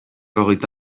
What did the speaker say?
hogeita